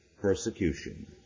persecution